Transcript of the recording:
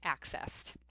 accessed